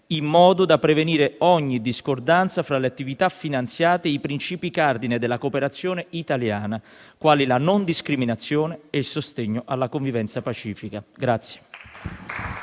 in modo da prevenire ogni discordanza fra le attività finanziate e i principi cardine della cooperazione italiana, quali la non discriminazione e il sostegno alla convivenza pacifica.